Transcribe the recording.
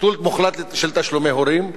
ביטול מוחלט של תשלומי הורים.